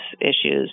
issues